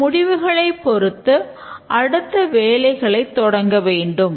இந்த முடிவுகளைப் பொறுத்து அடுத்த வேலைகளைத் தொடங்க வேண்டும்